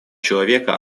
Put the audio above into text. человека